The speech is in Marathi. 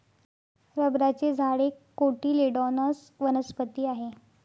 रबराचे झाड एक कोटिलेडोनस वनस्पती आहे